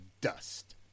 dust